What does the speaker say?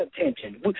attention